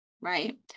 right